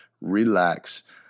relax